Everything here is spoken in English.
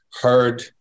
heard